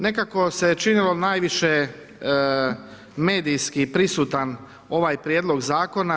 Nekako se činilo najviše medijski prisutan ovaj prijedlog Zakona.